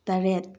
ꯇꯔꯦꯠ